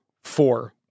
four